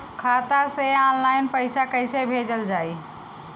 खाता से ऑनलाइन पैसा कईसे भेजल जाई?